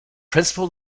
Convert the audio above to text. principal